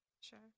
Sure